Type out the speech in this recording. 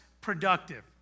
productive